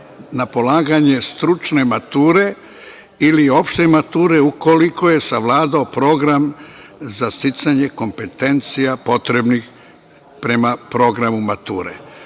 na polaganje stručne matere ili opšte mature ukoliko je savladao program za sticanje kompetencija potrebnih prema programu mature,